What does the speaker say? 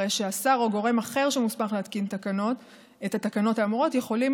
הרי שהשר או גורם אחר שמוסמך להתקין את התקנות האמורות יכולים